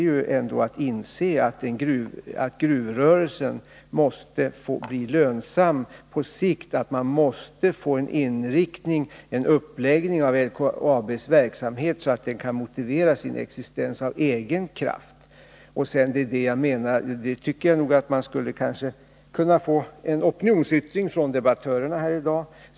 Det gäller att inse att gruvrörelsen på sikt måste bli lönsam, att vi måste få en sådan uppläggning av LKAB:s verksamhet att företaget av egen kraft kan motivera sin existens. Vi kanske i dag skulle kunna få en opinionsyttring av debattörerna om detta.